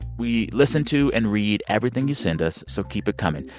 we listen to and read everything you send us, so keep it coming.